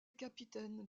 capitaine